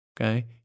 okay